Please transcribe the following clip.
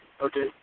Okay